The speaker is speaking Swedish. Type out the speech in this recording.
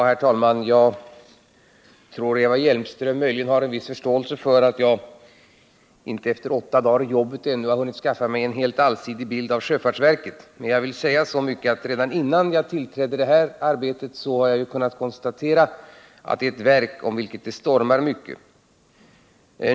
Herr talman! Jag tror att Eva Hjelmström möjligen har en viss förståelse för att jag inte efter åtta dagar i jobbet har hunnit skaffa mig en helt allsidig bild av sjöfartsverket. Men jag vill säga så mycket som att redan innan jag började det här arbetet har jag kunnat konstatera att det är ett verk kring vilket det stormar mycket.